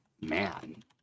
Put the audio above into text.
man